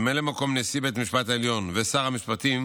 ממלא מקום נשיא בית המשפט העליון ושר המשפטים